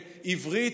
בעברית,